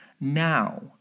Now